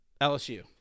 LSU